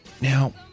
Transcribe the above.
Now